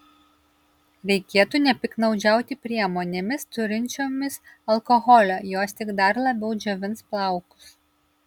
reikėtų nepiktnaudžiauti priemonėmis turinčiomis alkoholio jos tik dar labiau džiovins plaukus